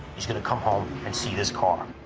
he's gonna come home and see this car.